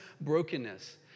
brokenness